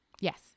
Yes